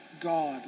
God